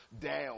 down